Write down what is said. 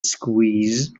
squeeze